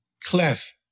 Clef